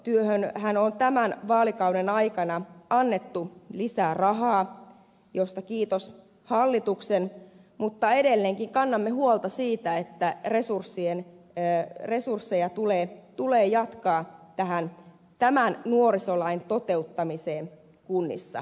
etsivään nuorisotyöhönhän on tämän vaalikauden aikana annettu lisää rahaa mistä kiitos hallitukselle mutta edelleenkin kannamme huolta siitä että resursseja tulee jatkaa tämän nuorisolain toteuttamiseen kunnissa